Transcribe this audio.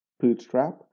Bootstrap